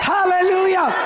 Hallelujah